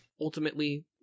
ultimately